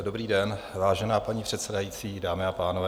Dobrý den, vážená paní předsedající, dámy a pánové.